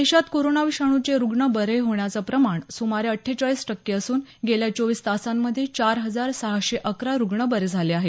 देशात कोरोना विषाणूचे रुग्ण बरे होण्याचं प्रमाण सुमारे अठ्ठेचाळीस टक्के असुन गेल्या चोवीस तासांमधे चार हजार सहाशे अकरा रुग्ण बरे झाले आहेत